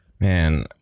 man